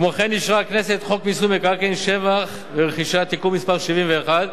כמו כן אישרה הכנסת חוק מיסוי מקרקעין (שבח ורכישה) (תיקון מס' 71),